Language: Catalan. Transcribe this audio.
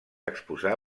exposà